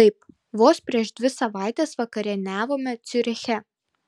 taip vos prieš dvi savaites vakarieniavome ciuriche